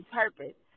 purpose